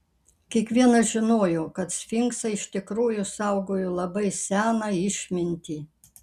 kiekvienas žinojo kad sfinksai iš tikrųjų saugojo labai seną išmintį